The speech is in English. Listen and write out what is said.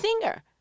singer